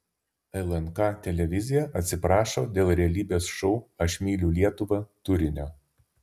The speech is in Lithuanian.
lnk televizija atsiprašo dėl realybės šou aš myliu lietuvą turinio